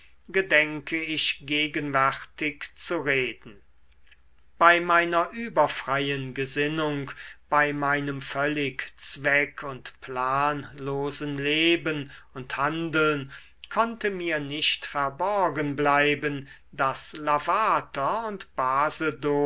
gedenke ich gegenwärtig zu reden bei meiner überfreien gesinnung bei meinem völlig zweck und planlosen leben und handeln konnte mir nicht verborgen bleiben daß lavater und basedow